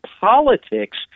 politics